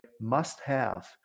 must-have